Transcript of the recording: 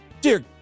Dear